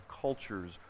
cultures